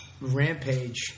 Rampage